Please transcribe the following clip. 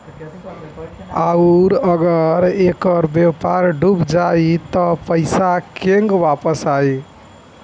आउरु अगर ऐकर व्यापार डूब जाई त पइसा केंग वापस आई